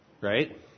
Right